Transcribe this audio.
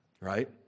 right